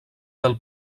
del